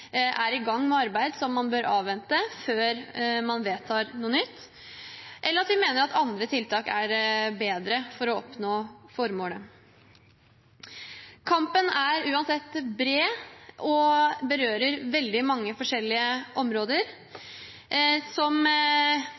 er i gang med arbeid som man bør avvente før man vedtar noe nytt, eller der vi mener at andre tiltak er bedre for å oppnå formålet. Kampen er uansett bred og berører veldig mange forskjellige områder. Som